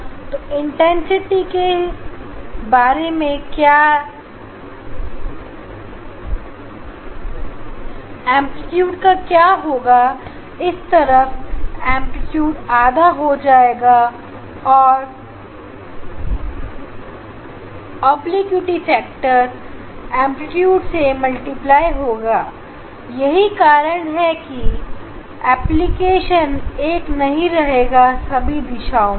तू इंटेंसिटी के बारे में क्या एंप्लीट्यूड का क्या होगा इस तरफ एंप्लीट्यूड आधा हो जाएगा और ऑब्लिक्विटी फैक्टर एंप्लीट्यूड से मल्टीप्लाई होगा यही कारण है की एप्लीकेशन एक नहीं रहेगा सभी दिशाओं में